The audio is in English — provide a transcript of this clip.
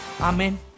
Amen